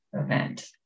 event